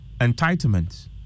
entitlements